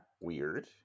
weird